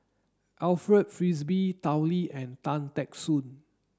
Alfred Frisby Tao Li and Tan Teck Soon